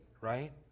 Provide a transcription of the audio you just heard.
right